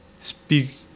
speak